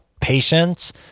patience